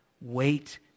Wait